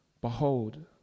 behold